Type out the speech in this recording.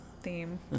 theme